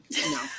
No